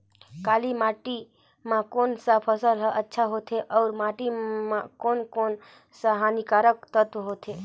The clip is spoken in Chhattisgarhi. काली माटी मां कोन सा फसल ह अच्छा होथे अउर माटी म कोन कोन स हानिकारक तत्व होथे?